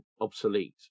obsolete